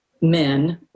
men